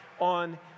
on